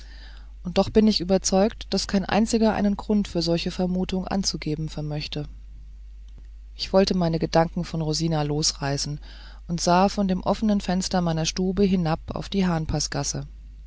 und doch bin ich überzeugt daß kein einziger einen grund für solche vermutungen anzugeben vermöchte ich wollte meine gedanken von rosina losreißen und sah von dem offenen fenster meiner stube hinab auf die